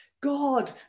God